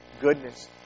goodness